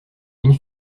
une